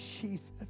Jesus